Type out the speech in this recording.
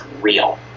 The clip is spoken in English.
real